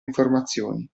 informazioni